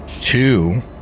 Two